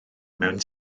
mewn